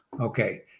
Okay